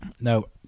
no